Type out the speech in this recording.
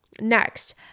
next